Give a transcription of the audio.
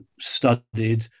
studied